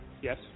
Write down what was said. Yes